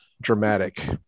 dramatic